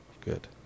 good